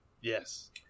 Yes